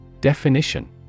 Definition